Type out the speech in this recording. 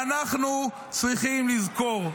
ואנחנו צריכים לזכור,